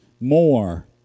more